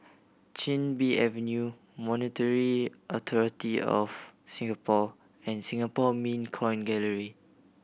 Chin Bee Avenue Monetary Authority Of Singapore and Singapore Mint Coin Gallery